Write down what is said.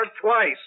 twice